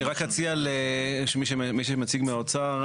אני רק אציע למי שמציג מהאוצר,